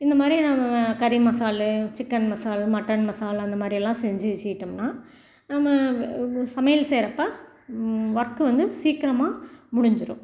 இந்த மாதிரி நாம் கறி மசாலா சிக்கன் மசாலா மட்டன் மசாலா அந்த மாதிரில்லாம் செஞ்சு வச்சுக்கிட்டோம்னா நம்ம சமையல் செய்யிறப்போ ஒர்க் வந்து சீக்கிரமாக முடிஞ்சிடும்